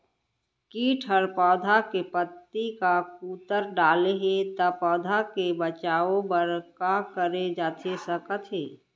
किट ह पौधा के पत्ती का कुतर डाले हे ता पौधा के बचाओ बर का करे जाथे सकत हे?